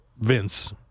Vince